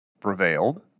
prevailed